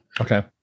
Okay